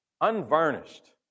Unvarnished